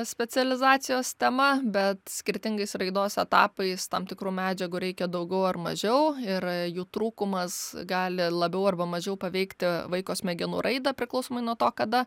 specializacijos tema bet skirtingais raidos etapais tam tikrų medžiagų reikia daugiau ar mažiau ir jų trūkumas gali labiau arba mažiau paveikti vaiko smegenų raidą priklausomai nuo to kada